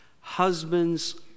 Husbands